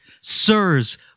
Sirs